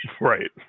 Right